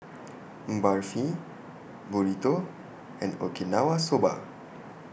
Barfi Burrito and Okinawa Soba